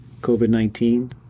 COVID-19